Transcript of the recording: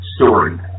story